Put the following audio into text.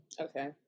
Okay